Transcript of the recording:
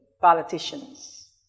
politicians